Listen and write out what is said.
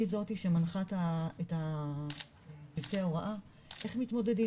היא זאת שמנחה את צוותי ההוראה איך מתמודדים,